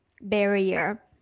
barrier